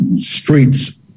streets